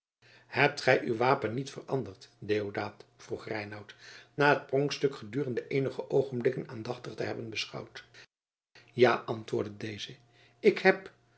hebt gij uw wapen niet veranderd deodaat vroeg reinout na het pronkstuk gedurende eenige oogenblikken aandachtig te hebben beschouwd ja antwoordde deze ik heb